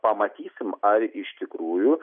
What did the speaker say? pamatysim ar iš tikrųjų